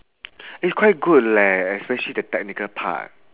it's quite good leh especially the technical part